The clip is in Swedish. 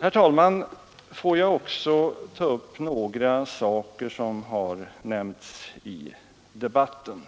Herr talman! Får jag också ta upp några saker som har nämnts i debatten.